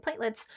platelets